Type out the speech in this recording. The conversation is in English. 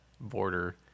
border